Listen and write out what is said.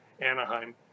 Anaheim